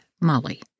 Molly